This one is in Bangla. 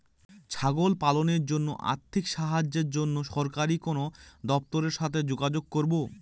ছাগল পালনের জন্য আর্থিক সাহায্যের জন্য সরকারি কোন দপ্তরের সাথে যোগাযোগ করব?